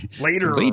later